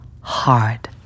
hard